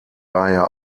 daher